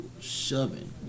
shoving